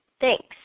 thanks